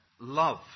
love